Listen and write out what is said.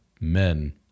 men